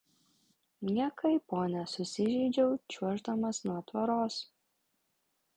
niekai ponia susižeidžiau čiuoždamas nuo tvoros